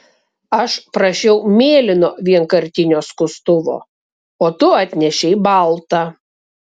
aš prašiau mėlyno vienkartinio skustuvo o tu atnešei baltą